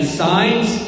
signs